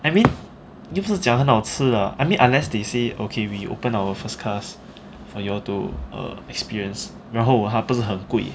I mean 不是讲很好吃 lah I mean unless they say okay we open our first class for you all to err experience 然后它不是很贵